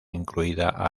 incluida